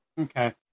Okay